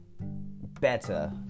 better